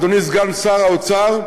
אדוני סגן שר האוצר,